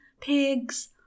pigs